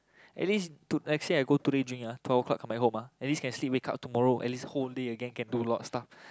at least to let's say today I go today drink ah twelve O-clock come back home ah at least can sleep wake up tomorrow at least whole day again can do a lot of stuff